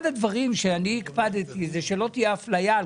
אחד הדברים שהקפדתי עליו, הוא שלא תהיה אפליה.